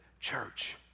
Church